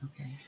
Okay